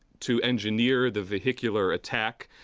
to engineer the vehicular attack,